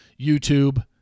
YouTube